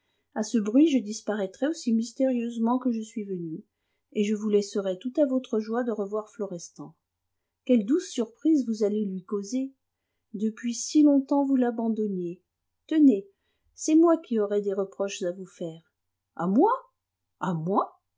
à ce bruit je disparaîtrai aussi mystérieusement que je suis venue et je vous laisserai tout à votre joie de revoir florestan quelle douce surprise vous allez lui causer depuis si longtemps vous l'abandonniez tenez c'est moi qui aurais des reproches à vous faire à moi à moi